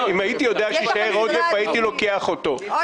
אם הייתי יודע שיישאר עודף הייתי לוקח אותו.